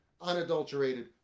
unadulterated